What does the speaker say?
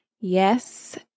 Yes